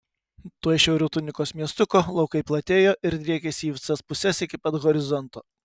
tuoj šiauriau tunikos miestuko laukai platėjo ir driekėsi į visas puses iki pat horizonto